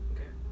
Okay